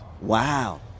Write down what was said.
Wow